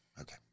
okay